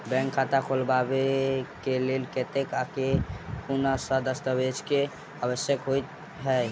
Bank खाता खोलबाबै केँ लेल केतना आ केँ कुन सा दस्तावेज केँ आवश्यकता होइ है?